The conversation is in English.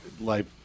life